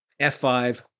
F5